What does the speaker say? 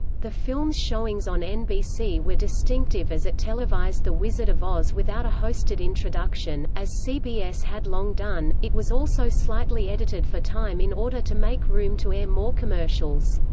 the film's showings on nbc were distinctive as it televised the wizard of oz without a hosted introduction, as cbs had long done it was also slightly edited for time in order to make room to air more commercials.